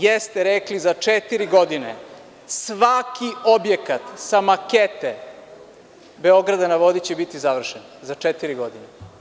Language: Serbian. Jeste rekli - za četiri godine svaki objekat sa makete „Beograda na vodi“ će biti završen, za četiri godine.